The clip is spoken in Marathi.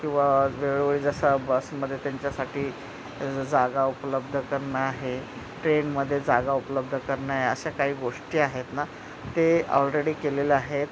किंवा वेळोवेळी जसं बसमध्ये त्यांच्यासाठी जागा उपलब्ध करणं आहे ट्रेनमध्ये जागा उपलब्ध करणं आहे असं काही काही गोष्टी आहेत ना ते ऑलरेडी केलेल्या आहेत